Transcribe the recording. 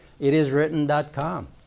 ItIsWritten.com